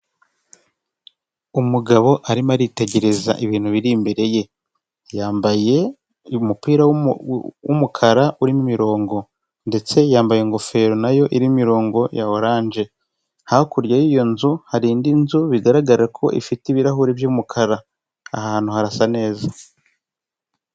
Umugabo arimo aritegereza ibintu biri imbere ye, yambaye umupira w'umukara uririmo imirongo ndetse yambaye ingofero nayo iririmo imirongo ya oranje, hakurya y'iyo nzu hari indi nzu bigaragara ko ifite ibirahuri by'umukara ahantu harasa neza.